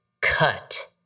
cut